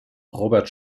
robert